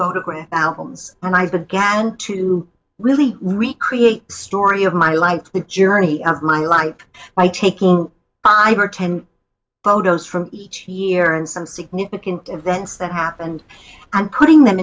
albums and i began to really recreate story of my life the journey of my life by taking five or ten photos from each year and some significant events that happened and putting them